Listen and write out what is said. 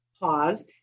pause